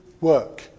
work